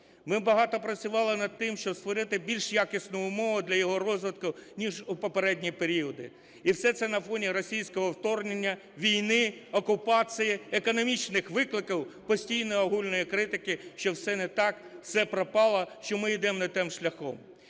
Ми багато працювали над тим, щоб створити більш якісні умови для його розвитку, ніж у попередні періоди. І все це на фоні російського вторгнення, війни, окупації, економічних викликів, постійної огульної критики, що все не так, все пропало, що ми йдемо не тим шляхом.